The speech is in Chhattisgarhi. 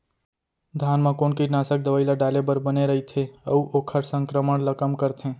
धान म कोन कीटनाशक दवई ल डाले बर बने रइथे, अऊ ओखर संक्रमण ल कम करथें?